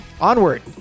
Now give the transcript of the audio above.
Onward